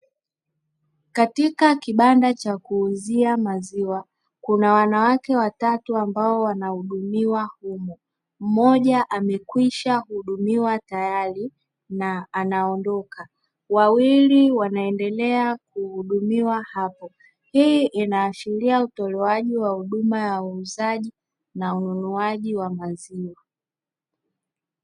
katika kibanda cha kuuzia maziwa, kuna wanawake watatu ambao wanahudumiwa humo, mmoja amekwisha hudumiwa tayari na anaondoka wawili wanaendelea kuhudumiwa hapo, hii inaashiria utolewaji wa huduma ya uuzaji na ununuaji wa maziwa.